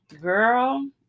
girl